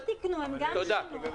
הם גם תיקנו, הם גם תיקנו.